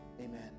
amen